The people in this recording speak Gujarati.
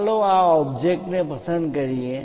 ચાલો આ ઓબ્જેક્ટ ને પસંદ કરીએ